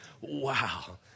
wow